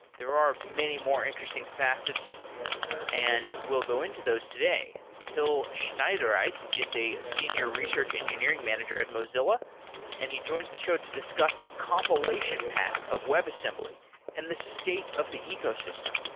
there are many more interesting facets and we'll go into those today. till schneidereit is a senior research engineering manager at mozilla and he joins the show to discuss the compilation path of webassembly and the state of the ecosysotem.